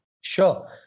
Sure